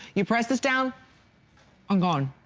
you press us down i'm done.